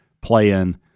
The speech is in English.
playing